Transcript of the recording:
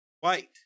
white